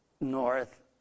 north